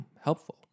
helpful